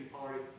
party